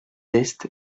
est